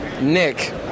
Nick